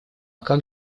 как